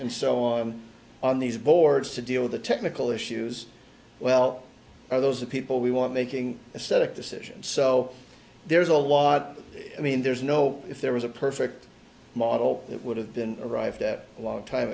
and so on on these boards to deal with the technical issues well are those the people we want making a set of decisions so there's a lot i mean there's no if there was a perfect model that would have been arrived at a long time